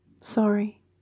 Sorry